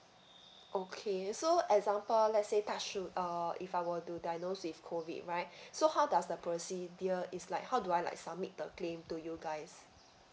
okay so example let's say touch wood uh if I were to diagnose with COVID right so how does the procedure is like how do I like submit the claim to you guys